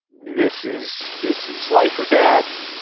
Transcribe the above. this is this is life or death.